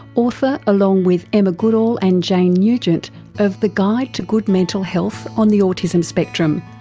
author along with emma goodall and jane nugent of the guide to good mental health on the autism spectrum,